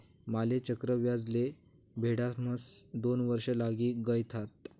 माले चक्रव्याज ले फेडाम्हास दोन वर्ष लागी गयथात